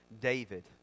David